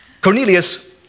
Cornelius